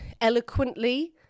eloquently